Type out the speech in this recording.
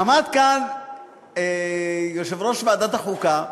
עמד כאן יושב-ראש ועדת החוקה,